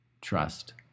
trust